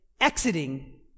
exiting